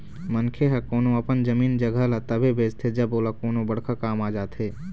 मनखे ह कोनो अपन जमीन जघा ल तभे बेचथे जब ओला कोनो बड़का काम आ जाथे